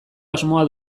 asmoa